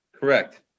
Correct